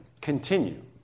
Continue